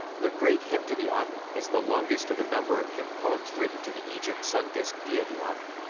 the great hymn to the aten is the longest of a number of hymn-poems written to the egypt sun-disk deity ah aten.